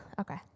Okay